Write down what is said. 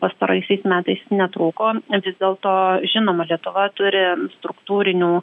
pastaraisiais metais netrūko vis dėlto žinoma lietuva turi struktūrinių